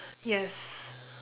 yes